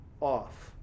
off